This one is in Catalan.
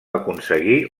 aconseguir